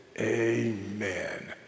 Amen